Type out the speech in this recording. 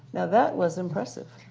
now that was impressive.